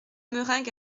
meringues